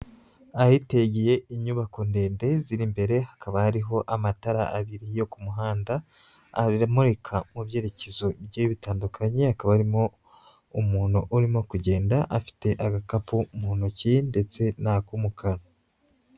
Ahitegeye inyubako ndende ziri imbere, hakaba hariho amatara abiri yo ku muhanda, abiri amurika mu byerekezo bigiye bitandukanye, hakaba harimo umuntu urimo kugenda afite agakapu mu ntoki ndetse n'ak'umukara.